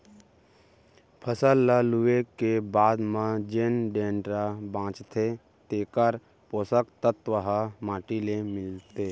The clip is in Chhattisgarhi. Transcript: फसल ल लूए के बाद म जेन डेंटरा बांचथे तेकर पोसक तत्व ह माटी ले मिलथे